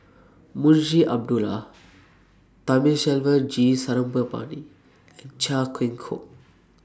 Munshi Abdullah Thamizhavel G Sarangapani and Chia Keng Hock